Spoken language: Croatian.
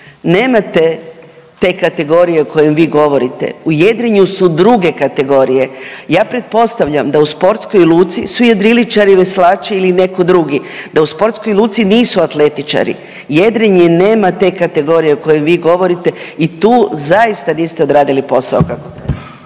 nemate te kategorije o kojoj vi govorite u jedrenju su druge kategorije. Ja pretpostavljam da u sportskoj luci su jedriličari, veslači ili neko drugi, da u sportskoj luci nisu atletičari jedrenje nema te kategorije o kojoj vi govorite i tu zaista niste odradili posao kako